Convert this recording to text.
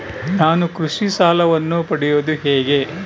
ನಾನು ಕೃಷಿ ಸಾಲವನ್ನು ಪಡೆಯೋದು ಹೇಗೆ?